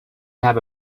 have